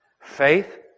Faith